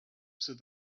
said